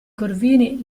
corvini